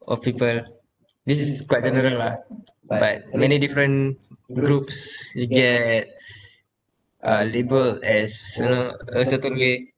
of people this is quite general lah but many different groups they get uh labelled as you know a certain way